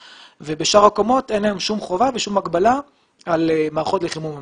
ובשאר הקומות אין היום שום חובה ושום הגבלה על מערכות לחימום המים.